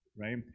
Right